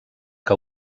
que